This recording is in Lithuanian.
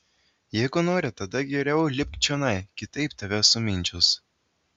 jeigu nori tada geriau lipk čionai kitaip tave sumindžios